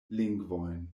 lingvojn